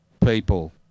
people